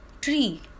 tree